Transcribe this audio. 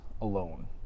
Alone